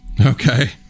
okay